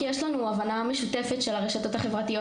כי יש לנו הבנה משותפת של הרשתות החברתיות,